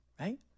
right